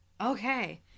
Okay